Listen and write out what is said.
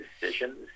decisions